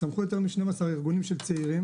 צמחו יותר מ-12 ארגונים של צעירים